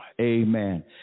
Amen